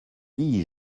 dis